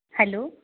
hello